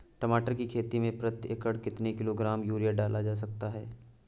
टमाटर की खेती में प्रति एकड़ कितनी किलो ग्राम यूरिया डाला जा सकता है?